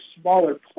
smaller